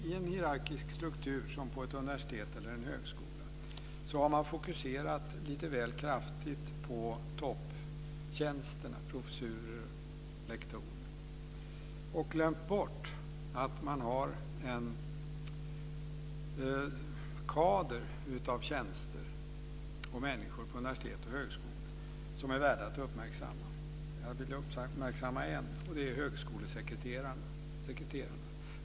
I en hierarkisk struktur som på ett universitet eller en högskola har man fokuserat lite väl kraftigt på topptjänsterna, professurer och lektorer, och glömt bort att det finns en kader av tjänster och människor på universitet och högskolor som är värda att uppmärksamma, nämligen högskolesekreterarna.